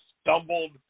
stumbled –